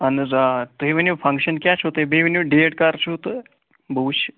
اہن حظ آ تُہۍ ؤنِو فنٛگشَن کیٛاہ چھُو تۄہہِ بیٚیہِ ؤنِو ڈیٹ کَر چھُو تہٕ بہٕ وٕچھِ